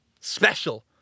special